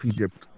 Egypt